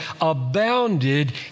abounded